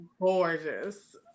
gorgeous